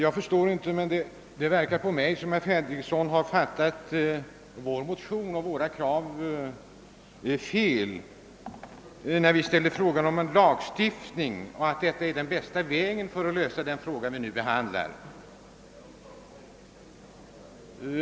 Herr talman! Det verkar på mig som om herr Fredriksson hade fattat vår motion och våra krav fel; vi anser att en lagstiftning är bästa sättet att lösa den fråga vi nu behandlar.